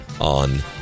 on